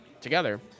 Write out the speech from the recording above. together